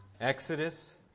Exodus